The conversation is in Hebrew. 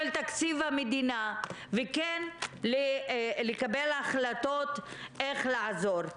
של תקציב המדינה, ולקבל החלטות איך לעזור.